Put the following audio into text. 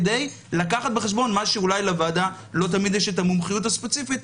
כי לקחת בחשבון מה שאולי לוועדה לא תמיד יש את המומחיות הספציפית,